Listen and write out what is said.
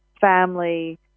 family